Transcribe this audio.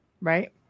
Right